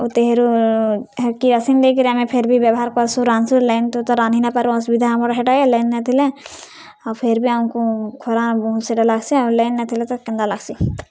ଆଉ ତେହେରୁ ହେ କିରାସିନ୍ ଦେଇକିରି ଆମେ ଫିର୍ ବି ବ୍ୟବହାର କର୍ସୁଁ ରାନ୍ଧ୍ସୁଁ ଲାଇନ୍ ତ ରାନ୍ଧି ନାଇ ପାରୁ ଅସ୍ବିଧା ଆମର୍ ହେଟା ଆଏ ଲାଇନ୍ ନାଇ ଥିଲେ ଆଉ ଫେର୍ ବି ଆମ୍କୁ ଖରା ବହୁତ୍ ସେଟା ଲାଗ୍ସି ଆଉ ଲାଇନ୍ ନାଇ ଥିଲେ ତ କେନ୍ତା ଲାଗ୍ସି